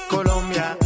Colombia